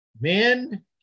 Men